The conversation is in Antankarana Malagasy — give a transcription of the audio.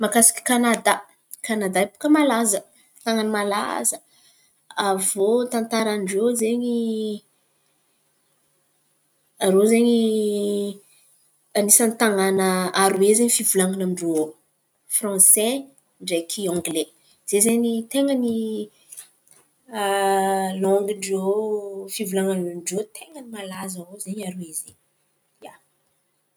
Mahakasika Kanadà, Kanadà iô baka malaza, tan̈àna malaza. Avô tantaran-drô zen̈y irô zen̈y anisan̈y tan̈àna aroe izen̈y fivolan̈an’irô iô: franse, ndraiky angle zay zen̈y ten̈a ny langin-drô fivolan̈an-drô ten̈a malazan-drô aroe izen̈y ia.